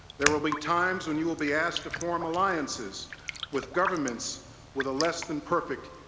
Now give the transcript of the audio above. there will be times when you will be asked to form alliances with governments with a less-than-perfect